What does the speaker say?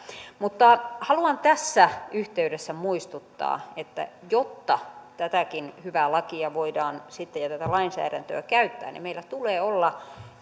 mutta haluan tässä yhteydessä muistuttaa että jotta tätäkin hyvää lakia ja tätä lainsäädäntöä voidaan sitten käyttää niin meillä tulee olla